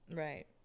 right